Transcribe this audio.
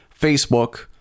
Facebook